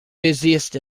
busiest